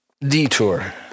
detour